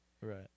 Right